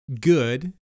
good